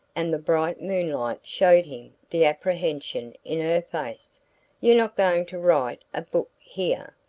and the bright moonlight showed him the apprehension in her face. you're not going to write a book here?